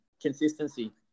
Consistency